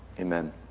amen